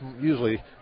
usually